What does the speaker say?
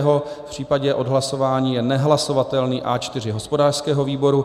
V případě odhlasování je nehlasovatelný A4 hospodářského výboru.